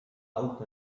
out